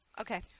Okay